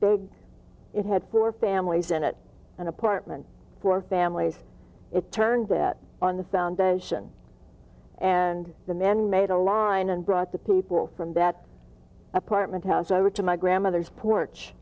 big it had four families in it an apartment for families it turned that on the foundation and the man made a line and brought the people from that apartment house over to my grandmother's porch